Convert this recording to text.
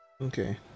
Okay